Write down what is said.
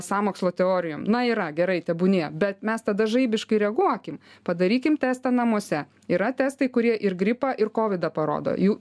sąmokslo teorijom na yra gerai tebūnie bet mes tada žaibiškai reaguokim padarykim testą namuose yra testai kurie ir gripą ir kovidą parodo jų